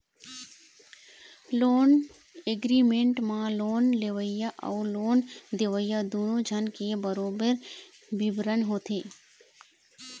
loan agreement म loan लेवइया अउ लोन देवइया दूनो झन के बरोबर बिबरन होथे